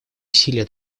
усилия